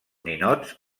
ninots